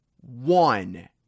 One